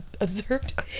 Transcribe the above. observed